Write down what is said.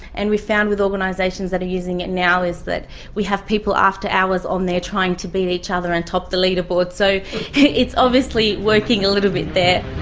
and we've found with organisations that are using it now is that we have people after hours on there trying to beat each other and top the leader board. so it's obviously working a little bit there.